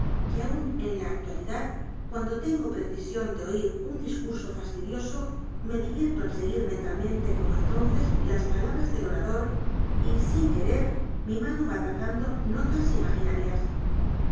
que aun en la actual idad cuando tengo precision de o ir un discurso fastidioso me divierto eu seguir mentalmente como entonces las palabras del orador y sin querer mi mano ra lrazando notas imaginarias